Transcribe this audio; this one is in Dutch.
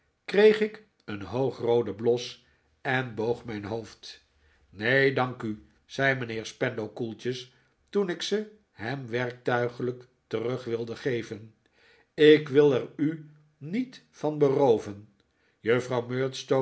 kreeg ik een hoogrooden bios en boog mijn hoofd neen dank u zei mijnheer spenlow koeltjes toen ik ze hem werktuiglijk terug wilde geven ik wil er u niet van berooven juffrouw